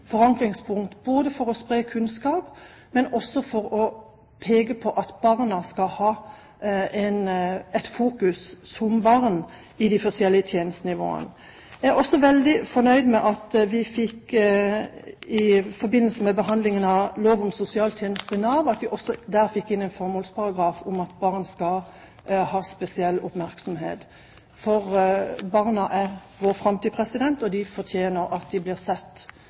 forankringspunkt, både for å spre kunnskap og for å peke på at man skal fokusere på barn i de forskjellige tjenestenivåene. Jeg er også veldig fornøyd med at vi i forbindelse med behandlingen av lov om sosiale tjenester i Nav, også fikk inn en formålsparagraf om at barn skal ha spesiell oppmerksomhet. Barna er vår framtid, og de fortjener å bli sett.